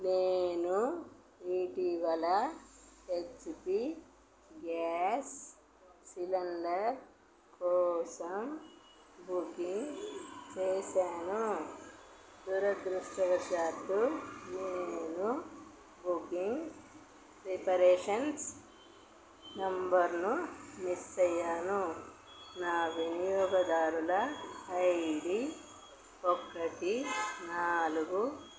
నేను ఇటీవల HP gas cylinder కోసం బుకింగ్ చేసాను దురదృష్టవశాత్తు నేను బుకింగ్ రిఫరెన్స్ నెంబర్ను మిస్ ఆయ్యాను నా వినియోగదారుల ఐడి ఒకటి నాలుగు